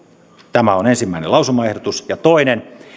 tämä on ensimmäinen lausumaehdotus ja toinen lausumaehdotus